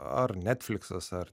ar netfliksas ar